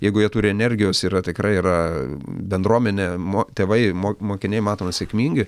jeigu jie turi energijos yra tikrai yra bendruomenė mo tėvai mo mokiniai matomi sėkmingi